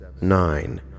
nine